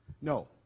No